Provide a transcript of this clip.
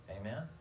Amen